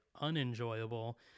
unenjoyable